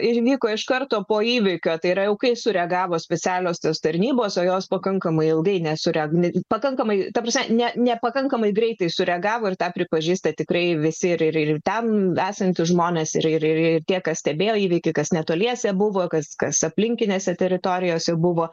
ir vyko iš karto po įvykio tai yra kai sureagavo specialiosios tarnybos o jos pakankamai ilgai nesureagavo pakankamai ta prasme ne nepakankamai greitai sureagavo ir tą pripažįsta tikrai visi irir ir ten esantys žmonės ir ir ir tie kas stebėjo įvykį kas netoliese buvo kas kas aplinkinėse teritorijose buvo